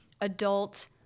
adult